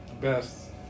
best